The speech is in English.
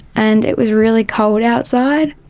and it was really cold outside.